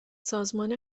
سازمان